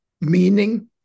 meaning